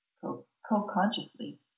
co-consciously